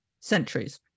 centuries